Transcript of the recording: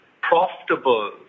profitable